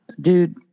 dude